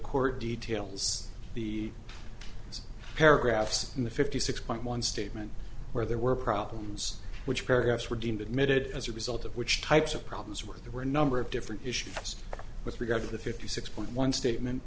court details the paragraphs in the fifty six point one statement where there were problems which paragraphs were deemed admitted as a result of which types of problems where there were a number of different issues with regard to the fifty six point one statement